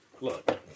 Look